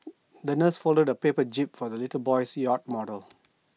the nurse folded A paper jib for the little boy's yacht model